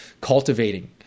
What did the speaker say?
cultivating